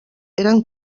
eren